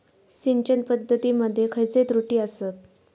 सिंचन पद्धती मध्ये खयचे त्रुटी आसत?